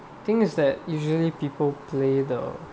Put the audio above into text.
things that usually people play the